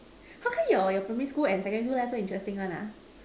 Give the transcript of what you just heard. how come your your primary school and secondary school life so interesting one ah